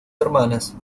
hermanas